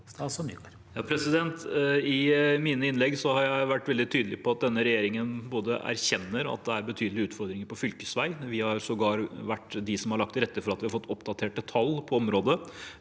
I mine inn- legg har jeg vært veldig tydelig på at denne regjeringen erkjenner at det er betydelige utfordringer på fylkesveiene. Vi har sågar vært dem som har lagt til rette for at vi har fått oppdaterte tall på området.